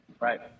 Right